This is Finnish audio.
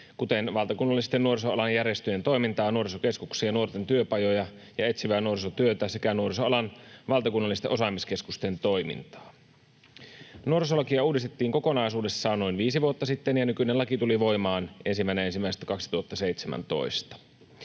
kuten valtakunnallisten nuorisoalan järjestöjen toimintaa, nuorisokeskuksia, nuorten työpajoja ja etsivää nuorisotyötä sekä nuorisoalan valtakunnallisten osaamiskeskusten toimintaa. Nuorisolakia uudistettiin kokonaisuudessaan noin viisi vuotta sitten, ja nykyinen laki tuli voimaan 1.1.2017.